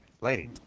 Lady